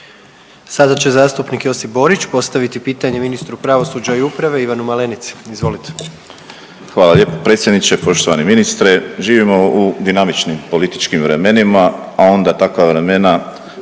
Sada će zastupnik Josip Borić postaviti pitanje ministru pravosuđa i uprave Ivanu Malenici. Izvolite. **Borić, Josip (HDZ)** Hvala lijepo predsjedniče. Poštovani ministre, živimo u dinamičnim političkim vremenima, a onda takva vremena,